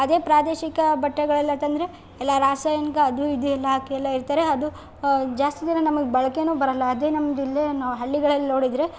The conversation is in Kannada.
ಅದೇ ಪ್ರಾದೇಶಿಕ ಬಟ್ಟೆಗಳೆಲ್ಲ ತಂದರೆ ಎಲ್ಲ ರಾಸಾಯನಿಕ ಅದು ಇದು ಎಲ್ಲ ಹಾಕಿ ಎಲ್ಲ ಇರ್ತಾರೆ ಅದು ಜಾಸ್ತಿ ದಿನ ನಮಗೆ ಬಳಕೇನೂ ಬರೋಲ್ಲ ಅದೇ ನಮ್ದು ಇಲ್ಲೇ ನಾವು ಹಳ್ಳಿಗಳಲ್ಲಿ ನೋಡಿದರೆ